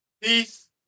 Peace